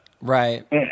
Right